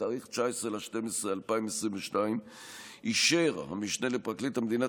בתאריך 19 בדצמבר 2022 אישר המשנה לפרקליט המדינה,